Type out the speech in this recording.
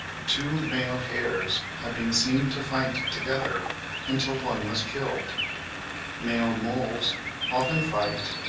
two male hares have been seen to fight together until one was killed male moles often fight,